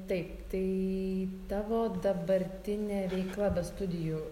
taip tai tavo dabartinė veikla be studijų